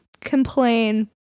complain